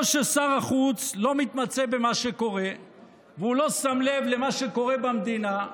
או ששר החוץ לא מתמצא במה שקורה והוא לא שם לב למה שקורה במדינה,